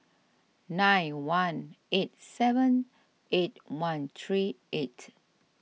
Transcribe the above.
nine one eight seven eight one three eight